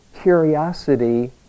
curiosity